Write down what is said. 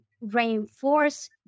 reinforce